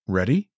Ready